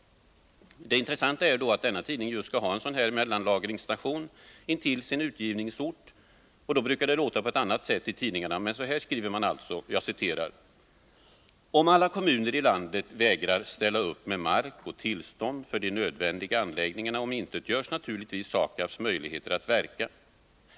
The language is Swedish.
Det intressanta är då att denna tidning just skall ha en sådan här mellanlagringsstation alldeles intill sin egen utgivningsort. Då brukar det låta på ett annat sätt i tidningarna, men så här skriver man alltså: ”Om alla kommuner i landet vägrar ställa upp med mark och tillstånd för de nödvändiga anläggningarna omintetgörs naturligtvis SAKAB:s möjligheter att verka.